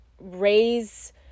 raise